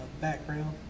background